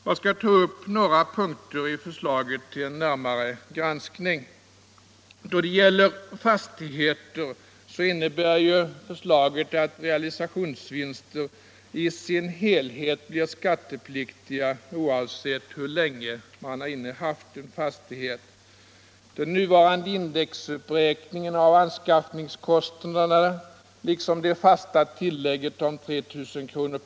Jag skall ta upp några punkter i förslaget till en närmare granskning. Då det gäller fastigheter innebär ju förslaget att realisationsvinster i sin helhet blir skattepliktiga oavsett hur länge man har innehaft en fastighet. Den nuvarande indexberäkningen av anskaffningskostnaderna liksom det fasta tillägget om 3 000 kr.